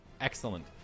Excellent